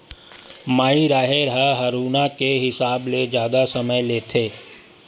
माई राहेर ह हरूना के हिसाब ले जादा समय लेथे